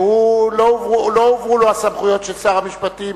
שלא הועברו לו הסמכויות של שר המשפטים